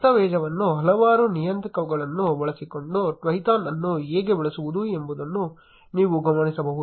ದಸ್ತಾವೇಜನ್ನು ಹಲವಾರು ನಿಯತಾಂಕಗಳನ್ನು ಬಳಸಿಕೊಂಡು Twython ಅನ್ನು ಹೇಗೆ ಬಳಸುವುದು ಎಂಬುದನ್ನು ನೀವು ಗಮನಿಸಬಹುದು